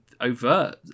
Overt